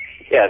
Yes